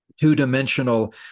two-dimensional